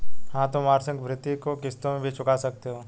हाँ, तुम वार्षिकी भृति को किश्तों में भी चुका सकते हो